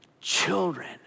children